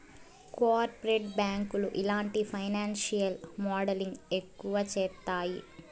corporate బ్యాంకులు ఇలాంటి financial modelling ఎక్కువ చేత్తాయి